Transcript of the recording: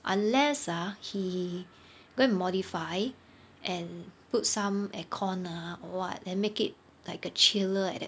unless ah he go and modify and put some air conditioners ah or [what] then make it like a chiller like that